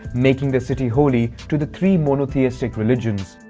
making the city holy to the three monotheistic religions.